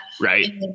right